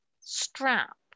strap